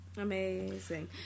amazing